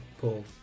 Paul